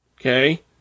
okay